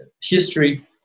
history